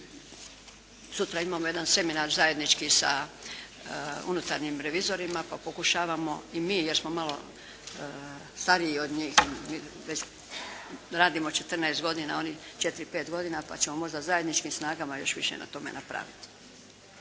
Sutra imamo jedan seminar zajednički sa unutarnjim revizorima pa pokušavamo i mi jer smo malo stariji od njih, već radimo 14 godina, a oni 4, 5 godina pa ćemo možda zajedničkim snagama još više na tome napraviti.